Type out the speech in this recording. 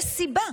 יש סיבה.